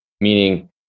Meaning